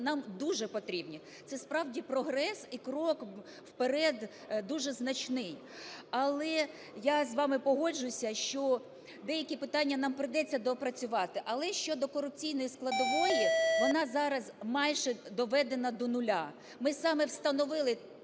нам дуже потрібні. Це, справді, прогрес і крок вперед дуже значний. Але я з вами погоджуюся, що деякі питання нам прийдеться доопрацювати. Але щодо корупційної складової - вона зараз майже доведена до нуля. Ми саме встановили